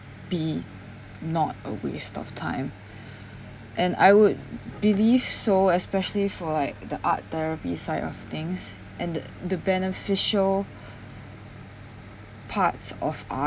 be not a waste of time and I would believe so especially for like the art therapy side of things and the the beneficial parts of